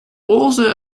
also